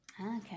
okay